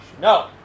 No